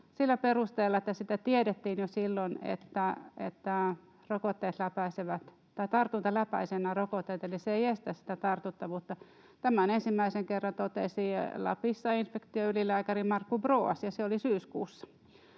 sillä perusteella, että tiedettiin jo silloin, että tartunta läpäisee nämä rokotteet eli ne eivät estä sitä tartuttavuutta. Tämän ensimmäisen kerran totesi Lapissa infektioylilääkäri Markku Broas, ja se oli syyskuussa.